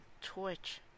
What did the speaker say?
Twitch